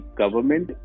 government